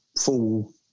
full